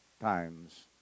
times